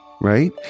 right